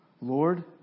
Lord